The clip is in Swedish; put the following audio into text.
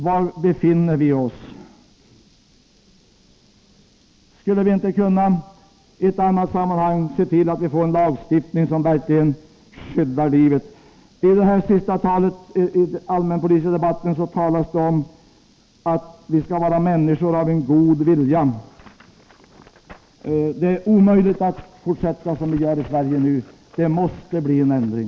Var befinner vi oss? Skulle vi inte kunna i ett annat sammanhang se till att vi får en lagstiftning som verkligen skyddar livet? I det sista talet i den allmänpolitiska debatten sades att vi skall vara människor av en god vilja. Det är omöjligt att fortsätta som vi gör i Sverige nu. Det måste bli en ändring.